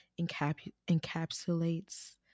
encapsulates